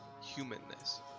humanness